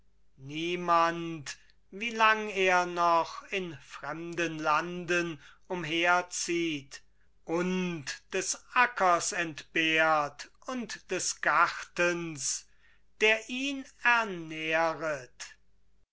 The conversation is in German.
niemand wie lang er noch in fremden landen umherzieht und des ackers entbehrt und des gartens der ihn ernähret